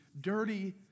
dirty